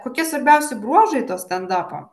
kokie svarbiausi bruožai to standarto